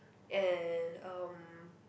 and um